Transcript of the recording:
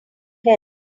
help